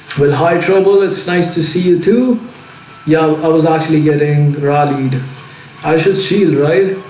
with high trouble, it's nice to see you too young. i was actually getting rallied i should seal, right